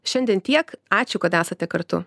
šiandien tiek ačiū kad esate kartu